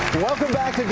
welcome back